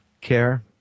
care